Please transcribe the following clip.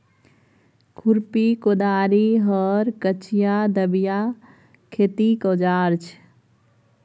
खुरपी, कोदारि, हर, कचिआ, दबिया खेतीक औजार छै